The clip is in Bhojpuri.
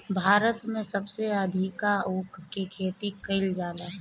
भारत में सबसे अधिका ऊख के खेती कईल जाला